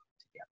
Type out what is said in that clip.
together